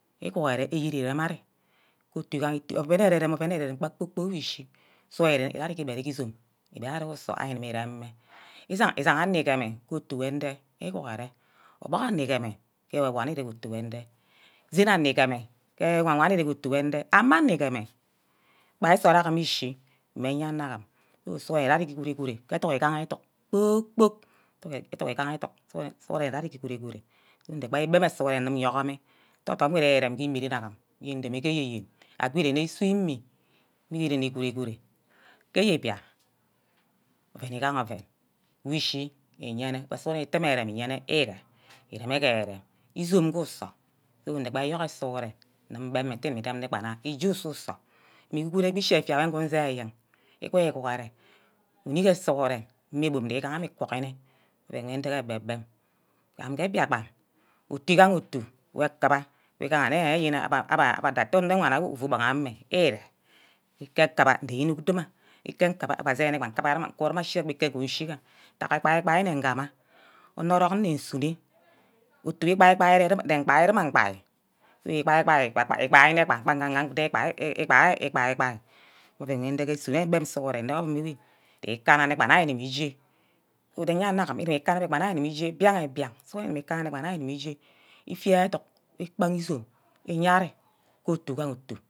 . yene ouen wu idai mme amme ire igbon mugu-ugam ouen kpor-kpork, gbe wu guhoren mmigaha wuren-wor itte uguhore we irem wor ire mmeouen nde ebe-beb ke ouum gor nte sughuren ikana-ikana ayo biakpan, ukanna ubaghara ke euuro, obinor nne odum kube onor unord unord ekpe nsort editdit agard ure usor abbe arene gai izome, egard ere gai izome eyeah udaghara areme ka usor, ouen wor irene agad ari mme iku sunor, ari-mme isunor ke ubaghara ga yene biakpan, ari-mme esu-sunor ire, ago ari mme gbai eyen-eyen erear, igaha sughuren mme bum mme ite egwa-gward ari gee otu, igaha otu ouen ndege ibem sughuren, arem odum osume sughuren uguba iyea ari unick ari ariguma irem odum osume, ouen ususor, nga ari isep isume asepme agu aseme ogun, aseme ogun ago ikem ikem igo akana odum ke imi ame, ngaha anep igon, ngaha agun ouen, igaha ouen wor aguni sughuren igbere mme awor igame igumeh inug ane yen good nga gwon igburu, nga tone educk nga gwon iromi, nga gwon akpa-kpa nga gwon ishibi, mbab ouen igaha ouen nga gwon ugum gba beh good sughuren ugubu idogho mme iye-ari, ari gume ise-obunk igume nuari wem. igume inuck efia kuba ikpa egaha ikoa irem sughuren ari-reme ayourghu meinim ke enick anwe biakpan amme abbe mme anir enick-nick kerimbe banna abbe nna arem odom inep-inep igu chi guru amang mme erem ouen, akana imeren agbe, akana eyen m biakpan ke euuro akana ubaghara nge ari gama inuk amin